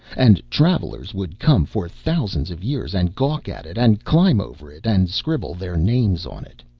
and travellers would come for thousands of years and gawk at it, and climb over it, and scribble their names on it.